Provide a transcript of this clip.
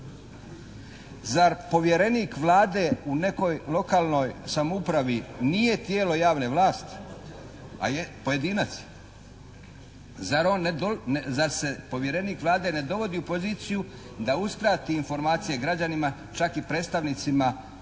Zar povjerenik Vlade u nekoj lokalnoj samoupravi nije tijelo javne vlasti? A je pojedinac. Zar se povjerenik Vlade ne dovodi u poziciju da uskrati informacije građanima čak i predstavnicima